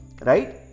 Right